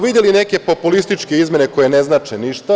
Videli smo neke populističke izmene koje ne znače ništa.